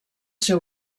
seu